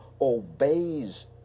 obeys